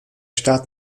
staat